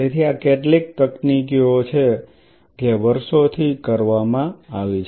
તેથી આ કેટલીક તકનીકીઓ છે જે વર્ષોથી કરવામાં આવી છે